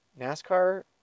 NASCAR